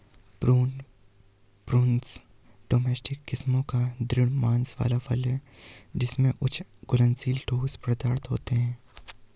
prune, Prunus domestica किस्मों का दृढ़ मांस वाला फल है जिसमें उच्च घुलनशील ठोस पदार्थ होते हैं